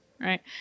right